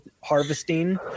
harvesting